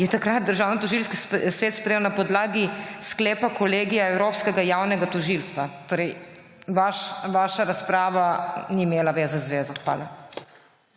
je takrat Državnotožilski svet sprejel na podlagi sklepa kolegija Evropskega javnega tožilstva. Torej vaša razprava ni imela zveze z zvezo. Hvala.